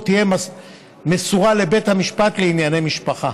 תהיה מסורה לבית המשפט לענייני משפחה.